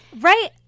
Right